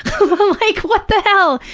like, what the hell?